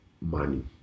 money